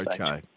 Okay